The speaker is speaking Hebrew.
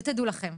ותדעו לכם,